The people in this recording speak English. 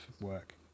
work